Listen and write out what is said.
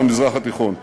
במזרח התיכון.